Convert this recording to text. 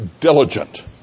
diligent